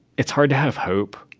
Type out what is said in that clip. it's hard to have hope.